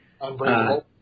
Unbreakable